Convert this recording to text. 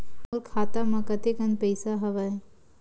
मोर खाता म कतेकन पईसा हवय?